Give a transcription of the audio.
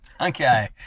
Okay